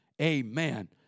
Amen